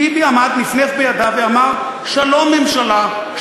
ביבי עמד, נפנף בידיו ואמר: שלום, ממשלה.